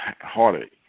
heartache